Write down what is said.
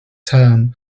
term